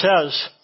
says